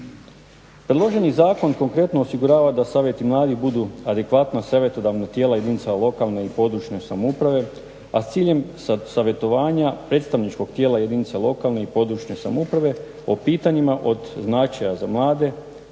Predloženi zakon konkretno osigurava da savjeti mladih budu adekvatna savjetodavna tijela jedinica lokalne i područne samouprave, a s ciljem savjetovanja predstavničkog tijela jedinica lokalne i područne samouprave o pitanjima od značaja za mlade,